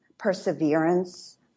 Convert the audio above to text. perseverance